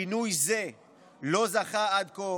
שינוי זה לא זכה עד כה